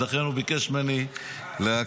ולכן הוא ביקש ממני להקריא.